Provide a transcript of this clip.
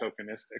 tokenistic